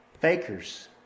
Fakers